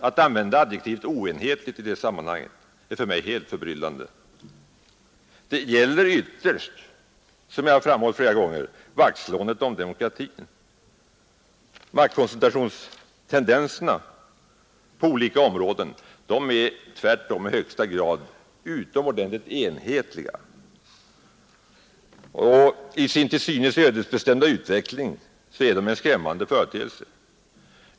Att man använder adjektivet oenhetligt i sammanhanget är för mig helt förbryllande. Det gäller ytterst, som jag flera gånger framhållit, vaktslåendet om demokratin. Maktkoncentrationstendenserna på olika områden är tvärtom i högsta grad utomordentligt enhetliga. I sin till synes ödesbestämda utveckling är de en skrämmande företeelse.